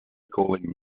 calling